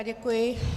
Děkuji.